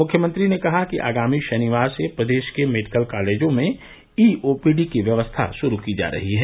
मुख्यमंत्री ने कहा कि आगामी शनिवार से प्रदेश के मेडिकल कॉलेजों में ई ओपीडी की व्यवस्था शुरू की जा रही है